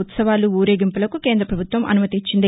ఉత్సవాలు ఊరేగింపులకు కేంద ప్రభుత్వం అనుమతినిచ్చింది